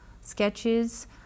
sketches